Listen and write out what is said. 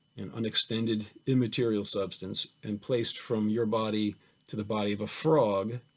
an unextended immaterial substance, and placed from your body to the body of a frog,